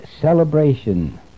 celebration